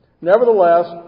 Nevertheless